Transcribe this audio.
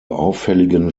auffälligen